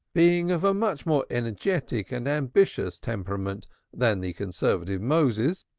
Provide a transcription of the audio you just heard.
being of a much more energetic and ambitious temperament than the conservative moses,